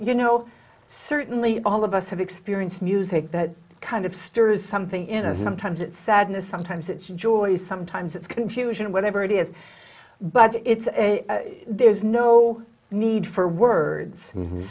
you know certainly all of us have experienced music that kind of stirs something in a sometimes it sadness sometimes it's joy sometimes it's confusion whatever it is but it's a there's no need for words